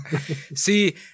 See